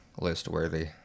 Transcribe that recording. list-worthy